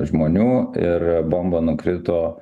žmonių ir bomba nukrito